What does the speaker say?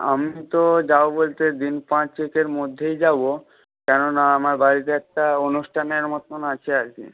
আমি তো যাব বলতে দিন পাঁচেকের মধ্যেই যাব কেননা আমার বাড়িতে একটা অনুষ্ঠানের মতন আছে আর কি